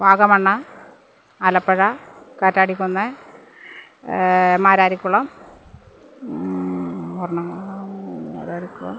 വാഗമണ്ണ് ആലപ്പുഴ കാറ്റാടിക്കുന്ന് മാരാരിക്കുളം ഒരെണം കൂടെ മാരാരീക്കുളം